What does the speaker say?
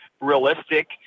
realistic